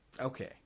Okay